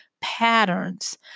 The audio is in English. patterns